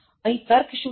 અહીં શું તર્ક છે